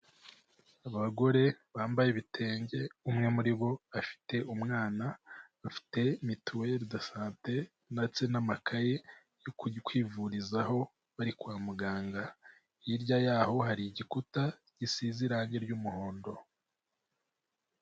Abagore bambaye ibitenge umwe muri bo afite umwana, bafite mituwere do sante ndetse n'amakaye yo ku kwivurizaho, bari kwa muganga hirya yaho hari igikuta gisize irangi ry'umuhondo.